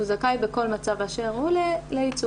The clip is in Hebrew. הוא זכאי בכל מצב באשר הוא לייצוג.